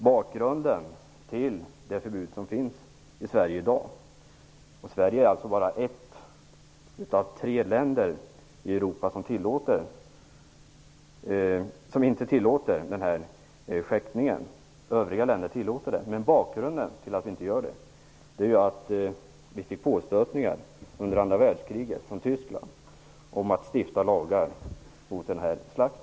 Bakgrunden till det förbud som finns i Sverige i dag -- Sverige är då bara ett av tre länder i Europa som inte tillåter skäktning, vilket övriga länder gör -- är att Sverige under andra världskriget fick påstötningar från Tyskland om att stifta lagar mot denna form av slakt.